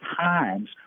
times